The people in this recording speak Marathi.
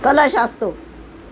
कलश असतो